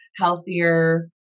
healthier